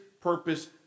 purpose